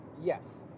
yes